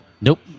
Nope